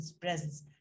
presence